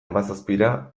hamazazpira